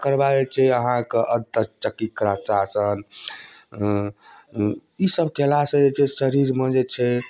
तकर बाद जे छै अहाँके अन्त चक्रिय आसन ईसब कएलासँ जे छै शरीरमे जे छै